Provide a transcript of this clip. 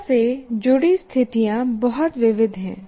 शिक्षा से जुड़ी स्थितियां बहुत विविध हैं